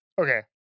Okay